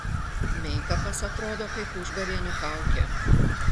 meikapas atrodo kaip užgavėnių kaukė